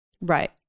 Right